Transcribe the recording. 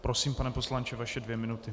Prosím, pane poslanče, vaše dvě minuty.